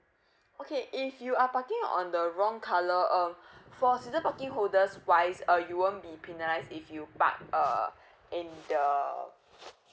okay if you are talking on the wrong colour uh for season parking holders wise uh you won't be penalised if you park uh in the